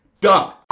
DONE